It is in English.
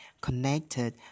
connected